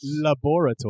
Laboratory